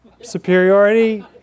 superiority